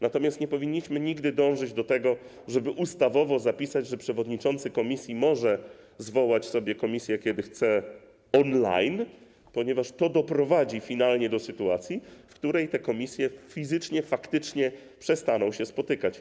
Natomiast nie powinniśmy nigdy dążyć do tego, żeby ustawowo zapisać, że przewodniczący komisji może zwołać sobie komisję, kiedy chce, online, ponieważ finalnie doprowadzi to do sytuacji, w której komisje fizycznie przestaną się spotykać.